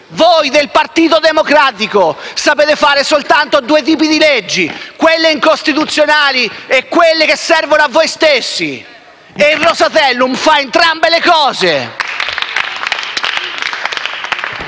Voi del Partito Democratico sapete fare solo due tipi di leggi: quelle incostituzionali e quelle che servono a voi stessi e il Rosatellum fa entrambe le cose!